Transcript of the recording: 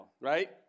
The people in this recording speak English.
right